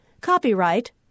Copyright